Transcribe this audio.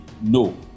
No